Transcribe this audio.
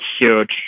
huge